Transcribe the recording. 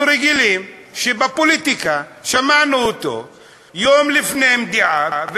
אנחנו רגילים שבפוליטיקה שמענו אותו יום לפני עם דעה,